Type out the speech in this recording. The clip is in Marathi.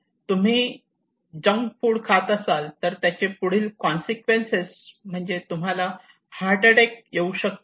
तुम्ही जंक फुड खात असाल तर त्याचे पुढील कॉनसिक्वेन्स म्हणजे तुम्हाला हार्ट अटॅक येऊ शकतो